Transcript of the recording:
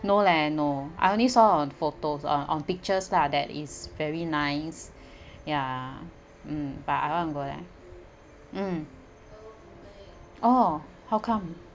no leh no I only saw on photos uh on pictures lah that is very nice ya mm but I want to go there mm oh how come